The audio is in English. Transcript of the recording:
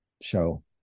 show